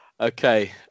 okay